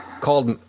called